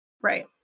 Right